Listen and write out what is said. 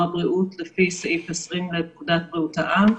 הבריאות לפי סעיף 20 לפקודת בריאות העם.